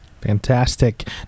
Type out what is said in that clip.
Fantastic